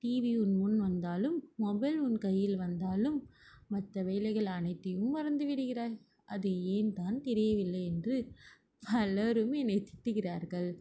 TV உன் முன் வந்தாலும் மொபைல் உன் கையில் வந்தாலும் மற்ற வேலைகள் அனைத்தையும் மறந்து விடுகிறாய் அது ஏன் தான் தெரியவில்லை என்று பலரும் என்னை திட்டுக்கிறார்கள்